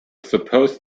supposed